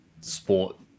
sport